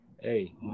hey